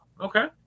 Okay